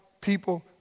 people